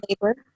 labor